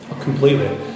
completely